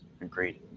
agreed